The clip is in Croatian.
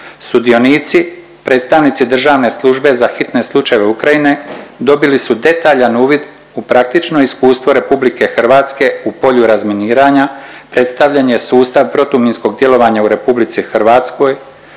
Sudionici, predstavnici državne službe za hitne slučajeve Ukrajine, dobili su detaljan uvid u praktično iskustvo RH u polju razminiranja, predstavljen je sustav protuminskog djelovanja u RH koji